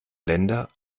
länder